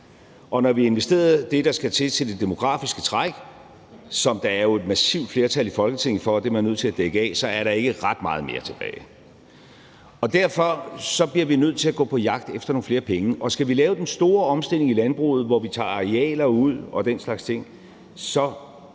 og når vi har investeret det, der skal til for at dække det demografiske træk, som der jo er et massivt flertal for i Folketinget man er nødt til at dække af, så er der ikke ret meget mere tilbage. Derfor bliver vi nødt til at gå på jagt efter nogle flere penge. Og skal vi lave den store omstilling i landbruget, hvor vi tager arealer ud og den slags ting, så